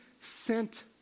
sent